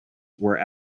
were